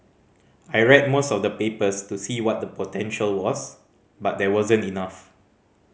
I read most of the papers to see what the potential was but there wasn't enough